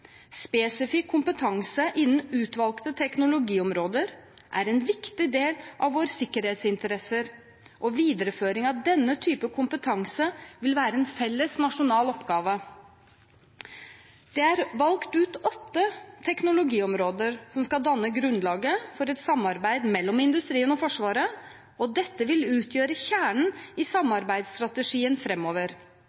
Spesifikk kompetanse innen utvalgte teknologiområder er en viktig del av våre sikkerhetsinteresser, og videreføring av denne type kompetanse vil være en felles nasjonal oppgave. Det er valgt ut åtte teknologiområder som skal danne grunnlaget for et samarbeid mellom industrien og Forsvaret, og dette vil utgjøre kjernen i